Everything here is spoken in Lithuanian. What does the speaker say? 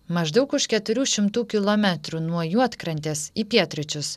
maždaug už keturių šimtų kilometrų nuo juodkrantės į pietryčius